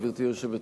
גברתי היושבת-ראש,